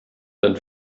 dann